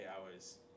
hours